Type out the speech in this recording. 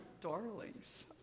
darlings